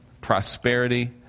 prosperity